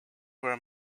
were